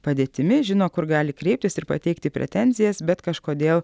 padėtimi žino kur gali kreiptis ir pateikti pretenzijas bet kažkodėl